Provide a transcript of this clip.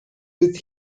with